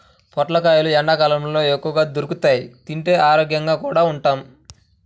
పొట్లకాయలు ఎండ్లకాలంలో ఎక్కువగా దొరుకుతియ్, తింటే ఆరోగ్యంగా కూడా ఉంటాం